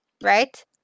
right